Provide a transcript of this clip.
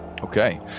Okay